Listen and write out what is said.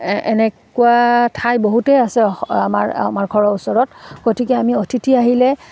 এনেকুৱা ঠাই বহুতেই আছে আমাৰ আমাৰ ঘৰৰ ওচৰত গতিকে আমি অতিথি আহিলে